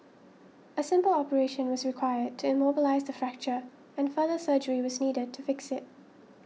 a simple operation was required to immobilise the fracture and further surgery was needed to fix it